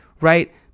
right